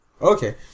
Okay